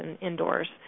indoors